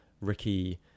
Ricky